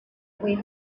way